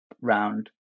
round